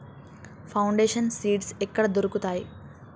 Foundation seeds ఎక్కడ దొరుకుతాయి?